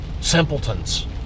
simpletons